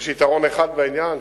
יש יתרון אחד בעניין,